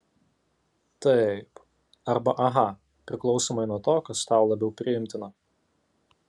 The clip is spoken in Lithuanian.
taip arba aha priklausomai nuo to kas tau labiau priimtina